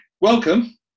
Welcome